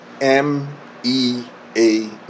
M-E-A